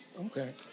Okay